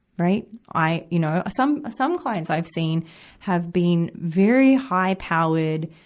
right. i, you know some, some clients i've seen have been very high-powered,